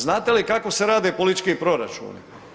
Znate li kako se rade politički proračuni?